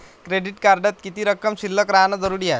Credit कार्डात किती रक्कम शिल्लक राहानं जरुरी हाय?